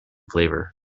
flavor